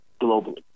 globally